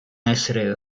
essere